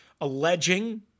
alleging